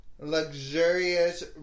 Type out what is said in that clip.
luxurious